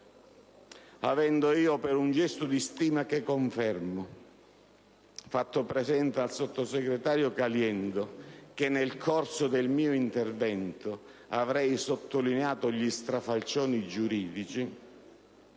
quando ieri, per un gesto di stima che confermo, ho fatto presente al sottosegretario Caliendo che nel corso del mio intervento avrei sottolineato gli strafalcioni giuridici,